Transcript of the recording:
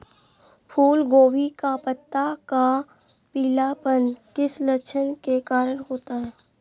फूलगोभी का पत्ता का पीलापन किस लक्षण के कारण होता है?